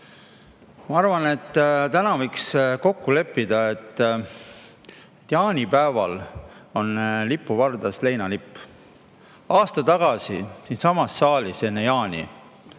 Ma arvan, et täna võiks kokku leppida, et jaanipäeval on lipuvardas leinalipp. Aasta tagasi siinsamas saalis enne jaani